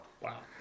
Wow